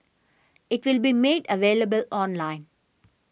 it will be made available online